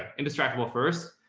and distractible first.